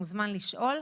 מוזמן לשאול.